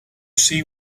see